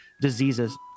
diseases